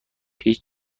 هیچ